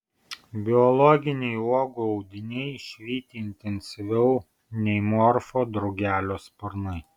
biologiniai uogų audiniai švyti intensyviau nei morfo drugelio sparnai